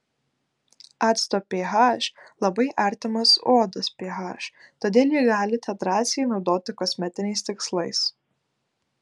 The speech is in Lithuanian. acto ph labai artimas odos ph todėl jį galite drąsiai naudoti kosmetiniais tikslais